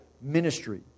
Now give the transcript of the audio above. ministry